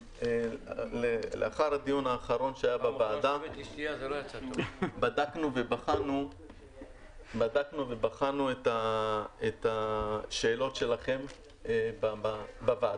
לאחר הדיון האחרון שהיה בוועדה בדקנו ובחנו את השאלות שלכם בוועדה.